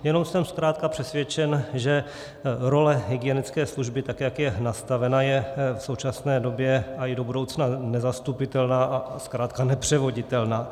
Jenom jsem zkrátka přesvědčen, že role hygienické služby tak, jak je nastavena, je v současné době a i do budoucna nezastupitelná a zkrátka nepřevoditelná.